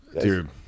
Dude